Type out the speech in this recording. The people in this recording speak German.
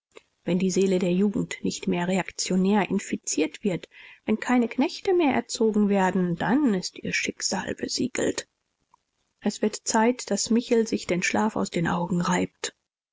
wenn die seele der jugend nicht mehr reaktionär infiziert wird wenn keine knechte mehr erzogen werden dann ist ihr schicksal besiegelt es wird zeit daß michel sich den schlaf aus den augen reibt